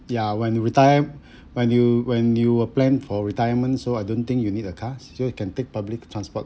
ya when you retire when you when you were plan for retirement so I don't think you need a car still you can take public transport